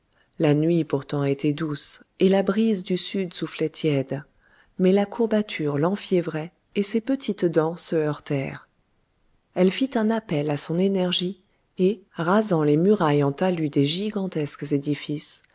la nuit pourtant était douce et la brise du sud soufflait tiède mais la courbature l'enfiévrait et ses petites dents se heurtèrent elle fit un appel à son énergie et rasant les murailles en talus des gigantesques édifices